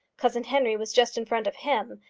cousin henry was just in front of him,